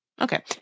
Okay